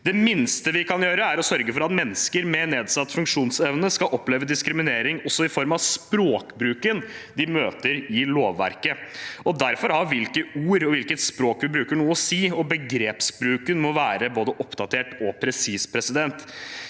Det minste vi kan gjøre, er å sørge for at mennesker med nedsatt funksjonsevne skal oppleve diskriminering også i form av språkbruken de møter i lovverket. Derfor har hvilke ord og hvilket språk vi bruker, noe å si, og begrepsbruken må være både oppdatert og presis.